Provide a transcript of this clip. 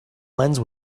lens